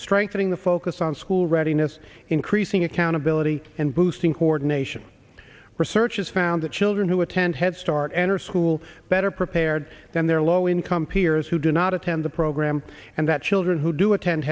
strengthening the focus on school readiness increasing accountability and boosting coordination research has found that children who attend head start enter school better prepared than their low income peers who do not attend the program and that children who do atten